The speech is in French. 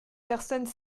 personnes